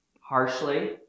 Harshly